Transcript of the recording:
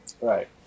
right